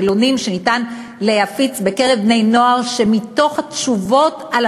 שאלונים שניתן להפיץ בקרב בני-נוער ומתוך התשובות על